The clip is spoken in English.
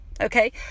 Okay